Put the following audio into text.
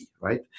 right